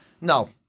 No